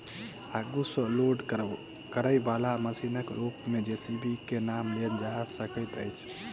आगू सॅ लोड करयबाला मशीनक रूप मे जे.सी.बी के नाम लेल जा सकैत अछि